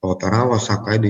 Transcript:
operavo sako aidai